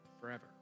forever